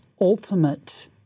ultimate –